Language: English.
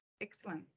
Excellent